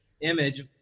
image